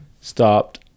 stopped